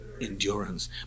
endurance